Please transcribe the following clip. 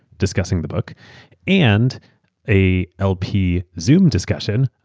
discussing the book and a lp zoom discussion,